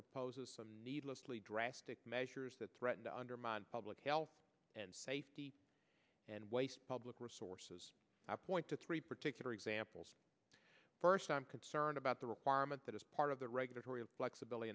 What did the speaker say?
proposes some needlessly drastic measures that threaten to undermine public health and safety and waste public resources i point to three particular examples first i'm concerned about the requirement that as part of the regulatory flexibility